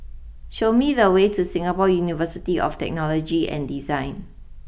show me the way to Singapore University of Technology and Design